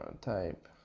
type